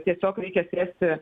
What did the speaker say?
tiesiog reikia sėsti